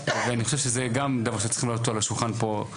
שזה גם דבר שצריך להעלות אותו לשולחן פה,